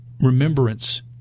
remembrance